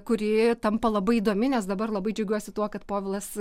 kuri tampa labai įdomi nes dabar labai džiaugiuosi tuo kad povilas